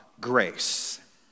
grace